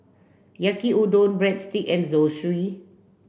Yaki Udon Breadstick and Zosui